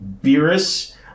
Beerus